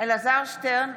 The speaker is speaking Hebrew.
אלעזר שטרן,